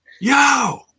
Yo